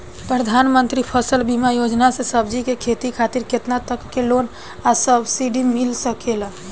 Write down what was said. प्रधानमंत्री फसल बीमा योजना से सब्जी के खेती खातिर केतना तक के लोन आ सब्सिडी मिल सकेला?